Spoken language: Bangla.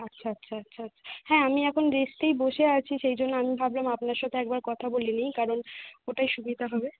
আচ্ছা আচ্ছা আচ্ছা আচ্ছা হ্যাঁ আমি এখন রেস্টেই বসে আছি সেই জন্য আমি ভাবলাম আপনার সাথে একবার কথা বলে নেই কারণ ওটাই সুবিধা হবে